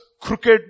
crooked